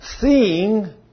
Seeing